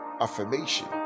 affirmation